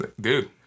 dude